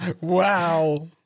Wow